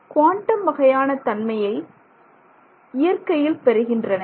quantum வகையான தன்மையை இயற்கையில் பெறுகின்றன